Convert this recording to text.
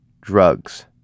drugs